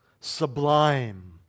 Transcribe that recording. sublime